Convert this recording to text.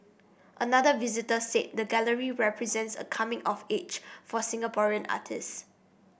another visitor said the gallery represents a coming of age for Singaporean artists